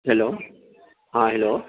hello ہاں hello